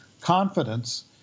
confidence